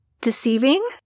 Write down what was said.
deceiving